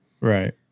Right